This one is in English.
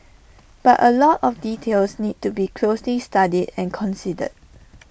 but A lot of details need to be closely studied and considered